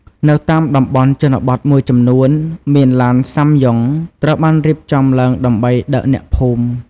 នៅតាមតំបន់ជនបទមួយចំនួនមានឡានសាំយ៉ុង ត្រូវបានរៀបចំឡើងដើម្បីដឹកអ្នកភូមិ។